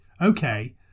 okay